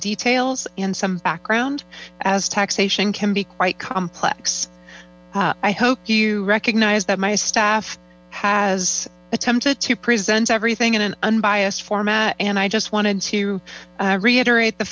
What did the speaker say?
details and some background as taxation can be quite complex i hope you recognize that my staff has attempted to present everything in an unbiased format and i just wanted to reiterate the